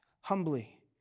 humbly